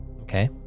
Okay